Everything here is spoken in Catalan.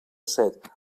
set